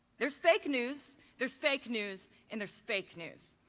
there's fake news, there's fake news, and there's fake news.